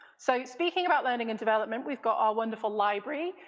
so, speaking about learning and development we've got our wonderful library,